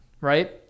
right